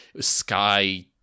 sky